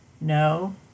No